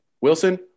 Wilson